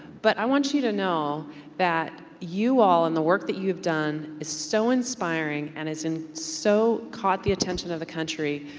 but i want you to know that you all, and the work that you have done, is so inspiring and has so caught the attention of the country.